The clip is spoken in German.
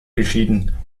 beschieden